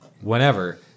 whenever